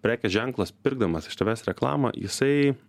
prekės ženklas pirkdamas iš tavęs reklamą jisai